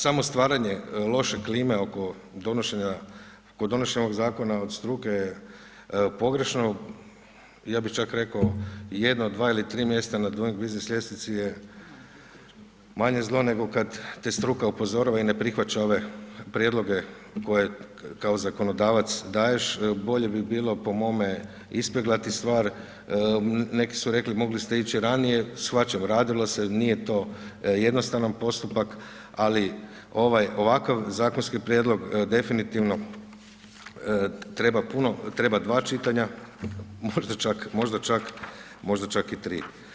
Samo stvaranje loše klime oko donošenja ovog zakona od struke pogrešno ja bi čak rekao, jedno, dva ili tri mjesta na Duing biznis ljestvici je manje zlo nego kada te struka upozorava i ne prihvaća ove prijedloge, koje kao zakonodavac daješ, bolje bi bilo po mome, ispeglati stvar, neki su rekli, mogli ste ići ranije, shvaćam, radilo se nije to jednostavan postupak, ali ovakav zakonski prijedlog, definitivno, treba puno, treba dva čitanja, možda čak i tri.